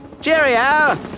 Cheerio